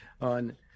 on